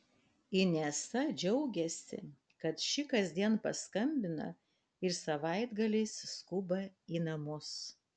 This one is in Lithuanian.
inesa džiaugiasi kad ši kasdien paskambina ir savaitgaliais skuba į namus